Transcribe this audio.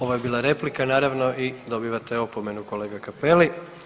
Ovo je bila replika, naravno i dobivate opomenu kolega Cappelli.